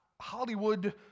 Hollywood